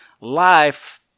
life